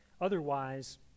otherwise